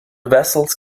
vessels